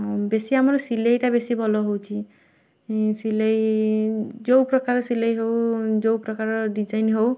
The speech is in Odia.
ବେଶୀ ଆମର ସିଲାଇଟା ବେଶୀ ଭଲ ହେଉଛି ସିଲେଇ ଯେଉଁ ପ୍ରକାର ସିଲାଇ ହେଉ ଯେଉଁ ପ୍ରକାରର ଡିଜାଇନ୍ ହଉ